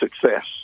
success